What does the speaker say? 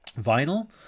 vinyl